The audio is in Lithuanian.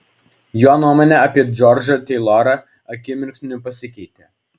jo nuomonė apie džordžą teilorą akimirksniu pasikeitė